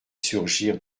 surgir